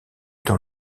dans